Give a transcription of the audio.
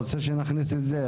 הוא רוצה שנכניס את זה.